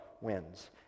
Wins